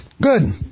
Good